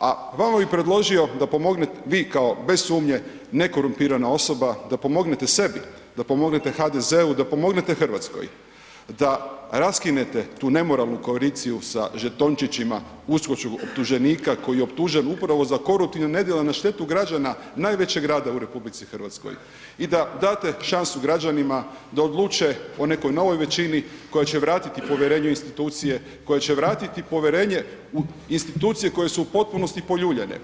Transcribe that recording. a vama bi predložio da pomognete, vi kao bez sumnje nekorumpirana osoba da pomognete sebi, da pomognete HDZ-u, da pomognete Hrvatskoj da raskinete tu nemoralnu koaliciju sa žetončićima uskočkog optuženika koji je optužen upravo za koruptivna nedjela na štetu građana najvećeg grada u RH i da date šansu građanima da odluče o nekoj novoj većini koja će vratiti povjerenje u institucije, koja će vratiti povjerenje u institucije koje su u potpunosti poljuljane.